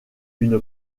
une